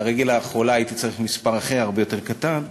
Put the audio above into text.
ולרגל החולה הייתי צריך מספר אחר, הרבה יותר קטן.